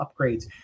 upgrades